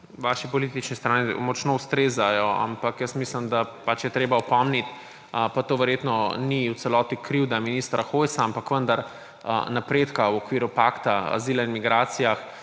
vaši politični strani močno ustrezajo, ampak mislim, da pač je treba opomniti, pa to verjetno ni v celoti krivda ministra Hojsa, ampak vendar napredka v okviru Pakta o migracijah